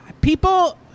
People